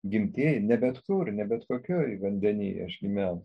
gimtieji ne bet kur ne bet kokioj vandeny aš gimiau